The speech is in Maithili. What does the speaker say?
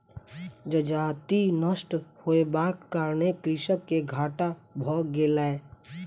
जजति नष्ट होयबाक कारणेँ कृषक के घाटा भ गेलै